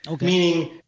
meaning